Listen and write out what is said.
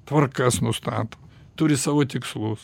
tvarkas nustato turi savo tikslus